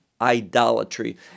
idolatry